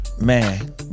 man